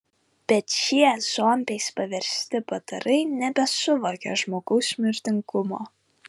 bet šie zombiais paversti padarai nebesuvokė žmogaus mirtingumo